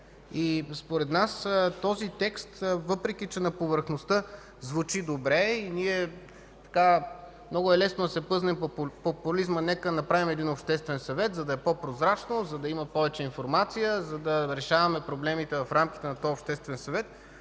Според нас текстът, въпреки че на повърхността звучи добре и много е лесно да се плъзнем към популизма – нека да направим обществен съвет, за да е по-прозрачно, за има повече информация и решаваме проблемите в рамките на обществения съвет,